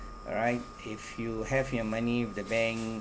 all right if you have your money in the bank